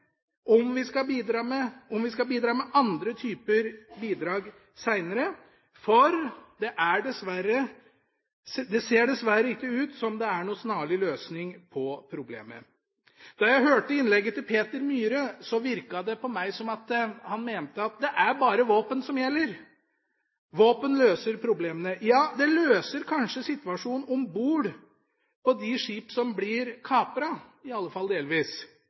vi kanskje skal bidra med andre typer bidrag senere, for det ser dessverre ikke ut som om det er noen snarlig løsning på problemet. Da jeg hørte innlegget til Peter N. Myhre, virket det på meg som om han mente at det bare er våpen som gjelder, våpen løser problemene. Ja, det løser kanskje situasjonen om bord på de skipene som blir kapret – i alle fall delvis